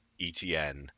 ETN